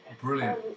Brilliant